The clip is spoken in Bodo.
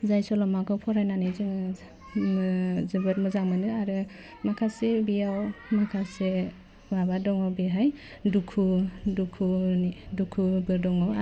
जाय सल'माखौ फरायनानै जोङो मो जोबोद मोजां मोनो आरो माखासे बेयाव माखासे माबा दङ बेहाय दुखु दुखुनि दुखुबो दङ आरो